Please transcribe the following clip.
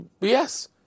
Yes